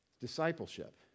Discipleship